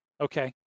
Okay